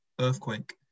earthquake